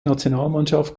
nationalmannschaft